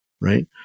right